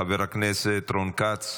חבר הכנסת רון כץ,